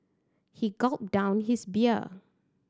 he gulped down his beer